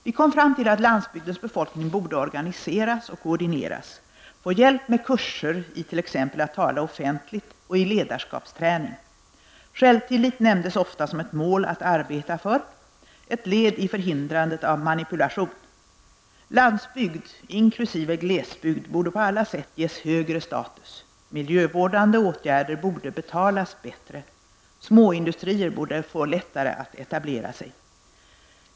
Vi kom fram till att landsbygdens befolkning borde organiseras och koordineras, få hjälp med kurser t.ex. i att tala offentlig, och i ledarskapsträning. Självtillit nämndes ofta som ett mål att arbeta för, ett led i förhindrandet av manipulation. Landsbygd inkl. glesbygd borde på alla sätt ges högre status. Miljövårdande åtgärder borde betalas bättre, småindustrier borde få lättare att etablera sig.